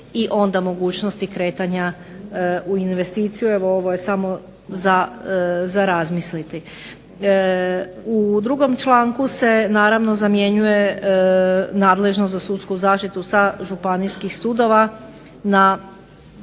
i onda mogućnosti kretanja u investiciju. Evo ovo je samo za razmisliti. U drugom članku se naravno zamjenjuje nadležnost za sudsku zaštitu sa županijskih sudova na